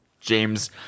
James